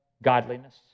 godliness